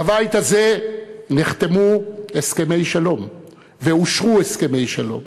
בבית הזה נחתמו הסכמי שלום ואושרו הסכמי שלום,